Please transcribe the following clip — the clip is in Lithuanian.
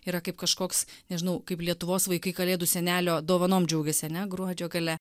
yra kaip kažkoks nežinau kaip lietuvos vaikai kalėdų senelio dovanom džiaugiasi ane gruodžio gale